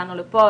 הגענו לפה,